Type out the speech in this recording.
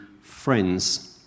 friends